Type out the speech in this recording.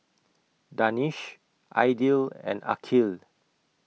Danish Aidil and Aqil